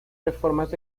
reformas